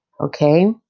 Okay